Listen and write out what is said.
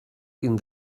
tinc